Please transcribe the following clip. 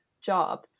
job